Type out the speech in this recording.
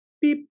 beep